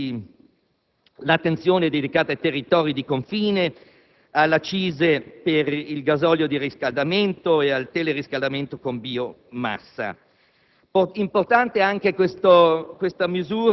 in generale. In questo contesto giudichiamo positivamente l'attenzione dedicata ai territori di confine, alle accise per il gasolio da riscaldamento e al teleriscaldamento con biomassa.